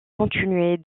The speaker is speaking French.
continuer